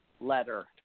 letter